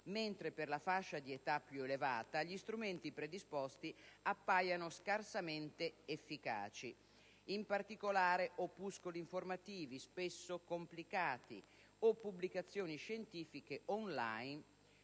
mentre per la fascia di età più elevata gli strumenti predisposti appaiono scarsamente efficaci: in particolare, opuscoli informativi spesso complicati o pubblicazioni scientifiche *on line*